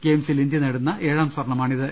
ഗെയിംസിൽ ഇന്ത്യ നേടുന്ന ഏഴാം സ്വർണമാണി ത്